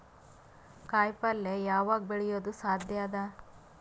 ಕಾಯಿಪಲ್ಯ ಯಾವಗ್ ಬೆಳಿಯೋದು ಸಾಧ್ಯ ಅದ?